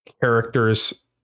characters